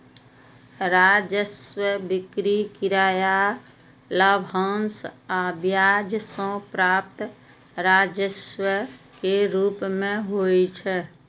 राजस्व बिक्री, किराया, लाभांश आ ब्याज सं प्राप्त राजस्व के रूप मे होइ छै